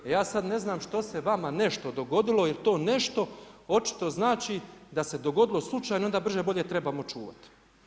A ja sada ne znam što se vama nešto dogodilo jer to nešto očito znači da se dogodilo slučajno i onda brže bolje trebamo čuvati.